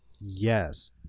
Yes